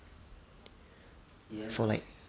for like